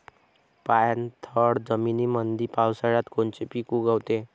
पाणथळ जमीनीमंदी पावसाळ्यात कोनचे पिक उगवते?